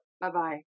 Bye-bye